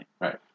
Right